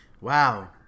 Wow